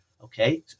okay